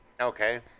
Okay